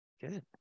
Good